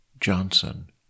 Johnson